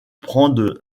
prendre